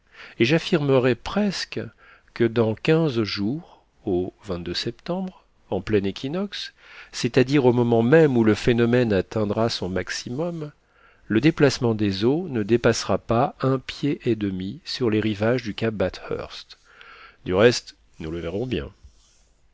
et j'affirmerais presque que dans quinze jours au septembre en plein équinoxe c'est-à-dire au moment même où le phénomène atteindra son maximum le déplacement des eaux ne dépassera pas un pied et demi sur les rivages du cap bathurst du reste nous le verrons bien